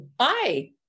Hi